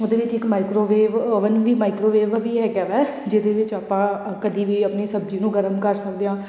ਉਹਦੇ ਵਿੱਚ ਇੱਕ ਮਾਈਕਰੋਵੇਵ ਓਵਨ ਵੀ ਮਾਈਕਰੋਵੇਵ ਵੀ ਹੈਗਾ ਵੈ ਜਿਹਦੇ ਵਿੱਚ ਆਪਾਂ ਕਦੀ ਵੀ ਆਪਣੀ ਸਬਜ਼ੀ ਨੂੰ ਗਰਮ ਕਰ ਸਕਦੇ ਹਾਂ